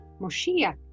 Moshiach